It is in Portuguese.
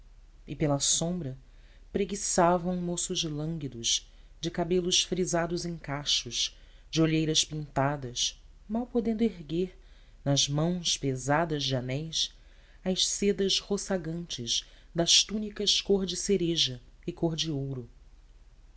e pela sombra preguiçavam moços lânguidos de cabelos frisados em cachos de olheiras pintadas mal podendo erguer nas mãos pesadas de anéis as sedas roçagantes das túnicas cor de cereja e cor de ouro